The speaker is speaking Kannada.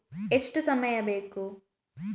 ಎಷ್ಟು ಸಮಯ ಬೇಕು?